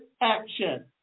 action